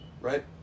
right